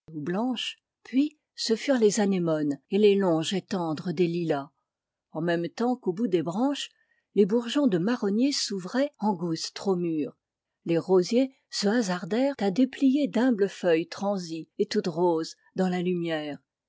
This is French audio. blanche puis ce furent les anémones et les longs jets tendres des lilas en même temps qu'au bout des branches les bourgeons de marronniers s'ouvraient en gousses trop mûres les rosiers se hasardèrent à déplier d'humbles feuilles transies et toutes roses dans la lumière